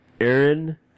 Aaron